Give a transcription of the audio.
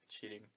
cheating